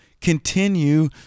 continue